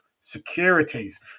securities